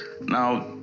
now